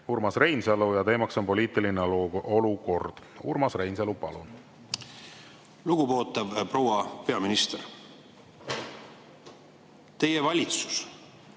Urmas Reinsalu ja teema on poliitiline olukord. Urmas Reinsalu, palun! Lugupeetav proua peaminister! Teie valitsus